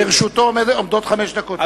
לרשותו עומדות חמש דקות, כמובן.